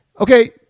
Okay